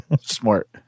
smart